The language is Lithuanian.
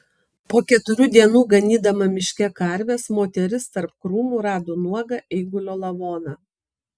po keturių dienų ganydama miške karves moteris tarp krūmų rado nuogą eigulio lavoną